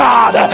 God